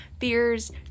fears